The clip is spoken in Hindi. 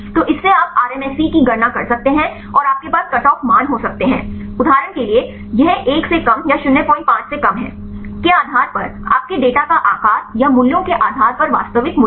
तो इससे आप RMSE की गणना कर सकते हैं और आपके पास कट ऑफ मान हो सकते हैं उदाहरण के लिए यह 1 से कम या 05 से कम है के आधार पर आपके डेटा का आकार या मूल्यों के आधार पर वास्तविक मूल्य